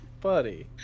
buddy